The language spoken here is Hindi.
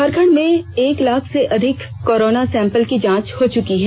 झारखंड में एक लाख से अधिक कोरोना सैंपल की जांच हो चुकी है